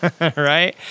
right